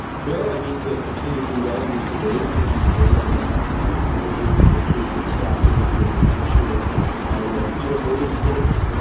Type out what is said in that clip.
well, i need to continue to do well in these debates. i need to build on that. what we're doing is increasing our staffing here in new hampshire, in iowa, the other early states,